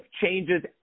changes